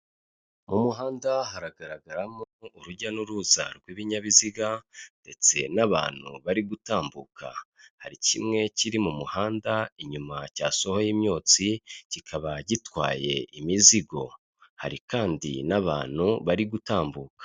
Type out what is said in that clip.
Mu muhanda haragaragaramo urujya n'uruza rw'ibinyabiziga ndetse n'abantu bari gutambuka, hari kimwe kiri mu muhanda inyuma cyasohoye imyotsi kikaba gitwaye imizigo, hari kandi n'abantu bari gutambuka.